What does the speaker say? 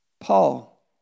Paul